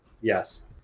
Yes